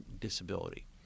disability